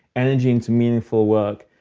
energy into meaningful work,